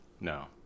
No